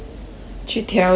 去调一下